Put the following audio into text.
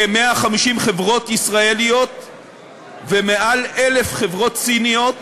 כ-150 חברות ישראליות ומעל 1,000 חברות סיניות.